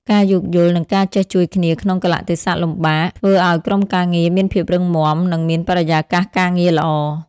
ការយោគយល់ និងការចេះជួយគ្នាក្នុងកាលៈទេសៈលំបាក ធ្វើឱ្យក្រុមការងារមានភាពរឹងមាំ និងមានបរិយាកាសការងារល្អ។